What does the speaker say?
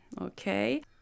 Okay